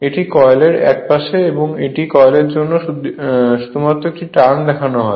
এটি কয়েলের একপাশে এবং এটি কয়েলর অন্য দিকে শুধুমাত্র একটি টার্ন দেখানো হয়